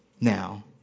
now